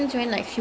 ya